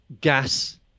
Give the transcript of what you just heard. gas